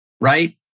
right